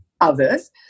others